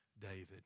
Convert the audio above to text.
David